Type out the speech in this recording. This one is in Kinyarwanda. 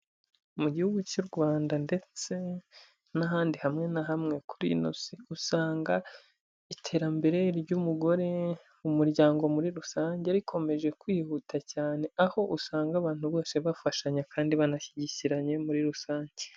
Mu gihugu cy'u Rwanda ndetse n'ahandi hamwe na hamwe kuri ino si, usanga iterambere ry'umugore, umuryango muri rusange, rikomeje kwihuta cyane, aho usanga abantu bose bafashanya kandi banashyigikiranye muri rusange.